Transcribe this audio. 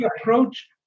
approach